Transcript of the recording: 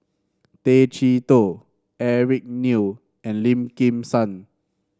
Tay Chee Toh Eric Neo and Lim Kim San